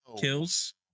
kills